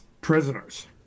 Prisoners